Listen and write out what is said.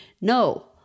no